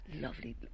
lovely